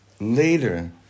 Later